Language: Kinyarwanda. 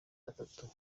atatu